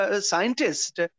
scientist